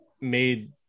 made